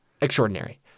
extraordinary